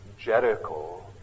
Jericho